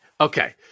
Okay